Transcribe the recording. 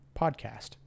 podcast